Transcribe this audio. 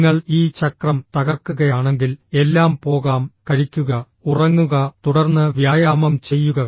നിങ്ങൾ ഈ ചക്രം തകർക്കുകയാണെങ്കിൽ എല്ലാം പോകാം കഴിക്കുക ഉറങ്ങുക തുടർന്ന് വ്യായാമം ചെയ്യുക